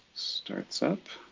starts up.